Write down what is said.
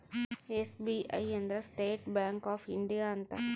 SBI ಅಂದ್ರ State Bank of India ಅಂತ